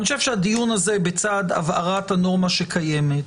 אני חושב שהדיון הזה, בצד הבהרת הנורמה שקיימת,